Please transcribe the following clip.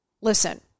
Listen